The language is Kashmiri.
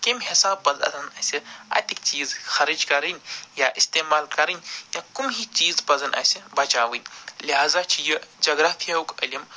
کیٚمہِ حِساب پز اَتن اَسہِ اَتِکۍ چیٖز خرچ کَرِنۍ یا استعمال کَرِنۍ یا کُمۍ ہی چیٖز پَزن اَسہِ بچاوٕنۍ لہزا چھِ یہِ گجرافِہُک علم